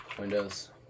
Windows